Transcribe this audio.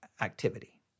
activity